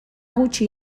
gutxi